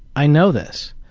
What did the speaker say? i know this.